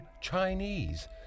Chinese